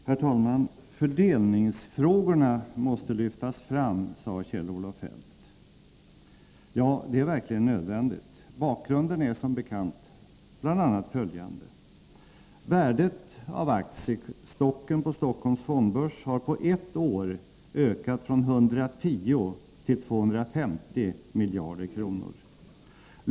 Herr talman! Fördelningsfrågorna måste lyftas fram, sade Kjell-Olof Feldt. Ja, det är verkligen nödvändigt. Bakgrunden är som bekant bl.a. följande. Värdet av aktiestocken på Stockholms fondbörs har på ett år ökat från 110 miljarder kronor till 250 miljarder kronor.